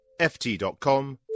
ft.com